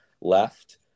left